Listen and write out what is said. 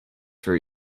for